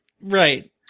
Right